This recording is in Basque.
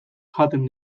jaten